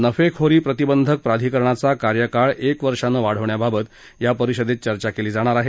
नफेखोरी प्रतिबंधक प्राधिकरणाचा कार्यकाळ एक वर्षानं वाढवण्याबाबत या परिषदेत चर्चा केली जाणार आहे